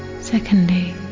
Secondly